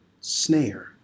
snare